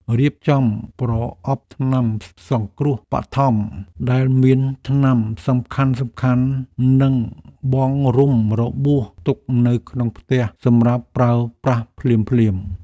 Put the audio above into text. រៀបចំប្រអប់ថ្នាំសង្គ្រោះបឋមដែលមានថ្នាំសំខាន់ៗនិងបង់រុំរបួសទុកនៅក្នុងផ្ទះសម្រាប់ប្រើប្រាស់ភ្លាមៗ។